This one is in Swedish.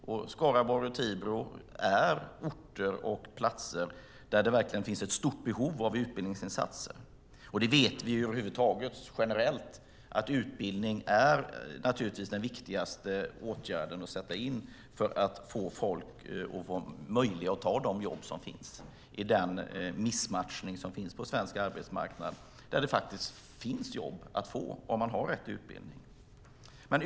Skaraborg och Tibro är platser där det verkligen finns ett stort behov av utbildningsinsatser. Vi vet generellt att utbildning är den viktigaste åtgärden för att folk ska kunna ta de jobb som finns i den missmatchning som råder på svensk arbetsmarknad och som man kan ta om man har rätt utbildning.